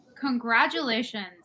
Congratulations